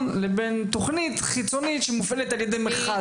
לבין תוכנית חיצונית שמופעלת על ידי מכרז.